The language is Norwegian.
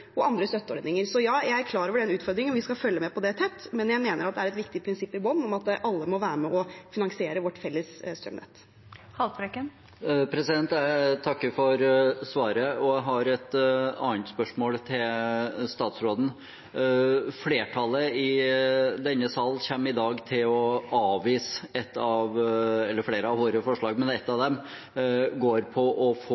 andre støtteordninger. Jeg er klar over den utfordringen, vi skal følge tett med på det, men jeg mener at det er et viktig prinsipp i bunn om at alle må være med på å finansiere vårt felles strømnett. Jeg takker for svaret og har et annet spørsmål til statsråden. Flertallet i denne sal kommer i dag til å avvise flere av våre forslag. Ett av dem går ut på å få